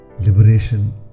liberation